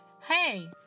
Hey